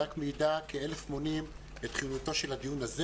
רק מעידה כאלף מונים את חיוניותו של הדיון הזה